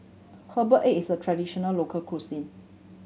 herbal egg is a traditional local cuisine